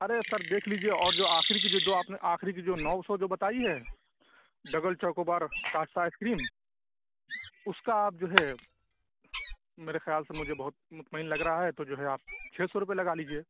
ارے sir دیکھ لیجیے اور جو آخر کی جو دو آپ نے آخری کی جو نو سو جو بتائی ہے double choco bar cassata ice cream اُس کا آپ جو ہے میرے خیال سے مجھے بہت مطمئن لگ رہا ہے تو جو ہے آپ چھ سو روپے لگا لیجیے